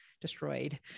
destroyed